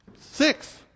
six